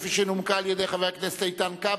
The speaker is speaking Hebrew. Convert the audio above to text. כפי שנומקה על-ידי חבר הכנסת איתן כבל,